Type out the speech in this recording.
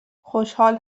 خوشحال